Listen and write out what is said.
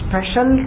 Special